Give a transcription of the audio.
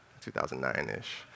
2009-ish